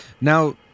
Now